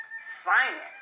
science